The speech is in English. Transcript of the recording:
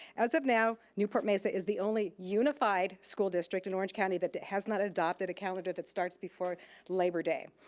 as of now, newport-mesa is the only unified school district in orange county that that has not adopted a calendar that starts before labor day.